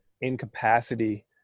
incapacity